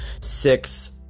six